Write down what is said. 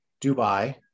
dubai